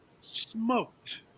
smoked